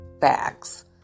bags